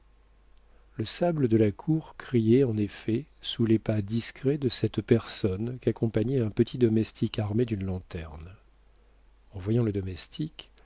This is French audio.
le sable de la cour criait en effet sous les pas discrets de cette personne qu'accompagnait un petit domestique armé d'une lanterne en voyant le domestique